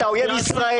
אתה אויב ישראל,